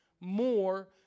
more